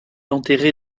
enterré